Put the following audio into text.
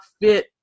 fit